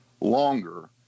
longer